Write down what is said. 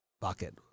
Bucket